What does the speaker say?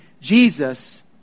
Jesus